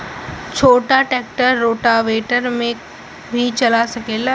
छोटा tractor rotavator भी चला सकेला?